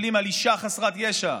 מתנפלים על אישה חסרת ישע,